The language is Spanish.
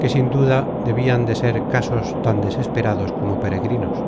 que sin duda debian de ser casos tan desesperados como peregrinos